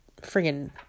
friggin